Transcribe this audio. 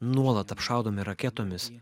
nuolat apšaudomi raketomis